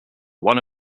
one